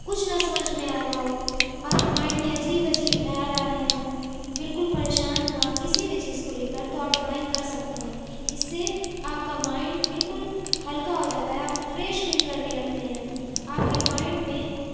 کچھ نہ سمجھ میں آ رہا ہو آپ کے مائنڈ میں عجیب عجیب خیال آ رہے ہوں بالکل پریشان ہوں آپ کسی بھی چیز کو لے کر تو آپ ڈرائنگ کر سکتے ہیں اس سے آپ کا مائنڈ بالکل ہلکا ہو جاتا ہے آپ فریش فیل کرنے لگتا ہے آپ کے مائنڈ میں